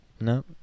No